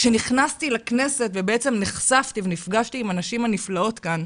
כשנכנסתי לכנסת נחשפתי ונפגשתי עם הנשים הנפלאות כאן.